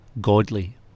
godly